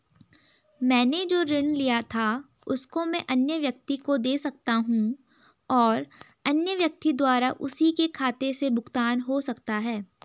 मैंने जो ऋण लिया था उसको मैं अन्य व्यक्ति को दें सकता हूँ और अन्य व्यक्ति द्वारा उसी के खाते से भुगतान हो सकता है?